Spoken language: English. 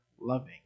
loving